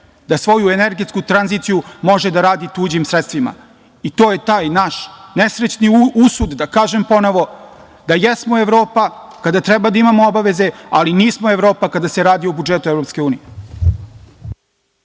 da svoju energetsku tranziciju može da radi tuđim sredstvima. To je taj naš nesrećni usud, da kažem ponovo, da jesmo Evropa kada treba da imamo obaveze ali nismo Evropa kada se radi o budžetu